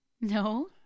no